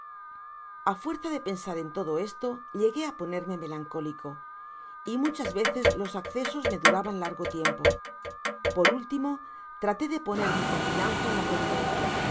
a fuerza de pensar en todo esto llegué á porjerme melancólico y muchas veces los áccesos me duraban largo tiempo por liltimo traté de poner mi confianza en la providencia